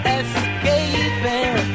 escaping